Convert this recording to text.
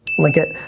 link it.